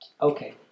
Okay